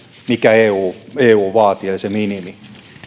minkä eu eu vaatii eli se minimi